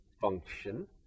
function